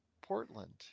Portland